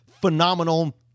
phenomenal